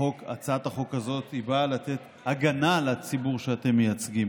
שהצעת החוק הזאת באה לתת הגנה לציבור שאתם מייצגים